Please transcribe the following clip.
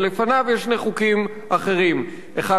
ולפניו יש שני חוקים אחרים: אחד,